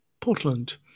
Portland